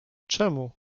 czemu